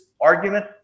argument